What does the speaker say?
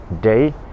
day